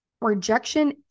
Rejection